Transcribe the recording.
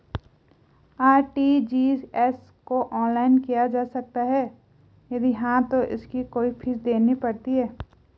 RTGS को online किया जा सकता है यदि हाँ तो इसकी कोई फीस देनी पड़ती है?